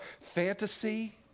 fantasy